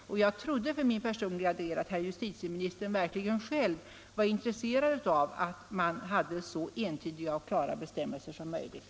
Jag trodde för min personliga del att herr justitieministern själv var intresserad av att man hade så entydiga och klara bestämmelser som möjligt.